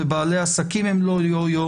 ובעלי הם הם לא יויו,